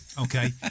Okay